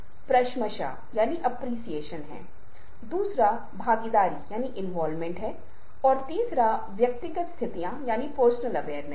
प्रदर्शन के अभ्यासी को उन नियमों का पालन करना होता है और अन्य लोगों को पारंपरिक रूप से समझना पड़ता है कुछ प्राकृतिक व्यवहार पैटर्न होते हैं जो लोग हर जगह प्रदर्शित होते हैं और प्रदर्शन को हासिल करना होता है